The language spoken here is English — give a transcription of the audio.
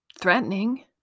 threatening